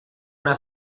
una